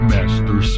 Master